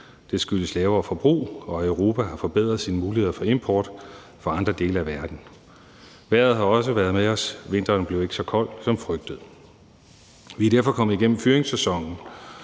Det skyldes lavere forbrug, og at Europa har forbedret sine muligheder for import fra andre dele af verden. Vejret har også været med os. Vinteren blev ikke så kold som frygtet, og vi er derfor kommet igennem fyringssæsonen